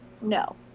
No